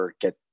get